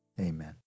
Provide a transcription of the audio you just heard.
Amen